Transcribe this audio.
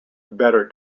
better